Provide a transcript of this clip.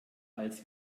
als